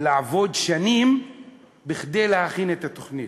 לעבוד שנים להכין את התוכנית,